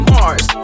Mars